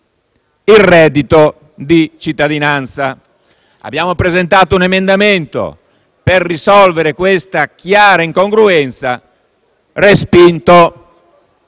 il reddito di cittadinanza. Abbiamo presentato un emendamento per risolvere questa chiara incongruenza ed